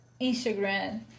Instagram